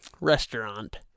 restaurant